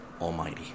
Almighty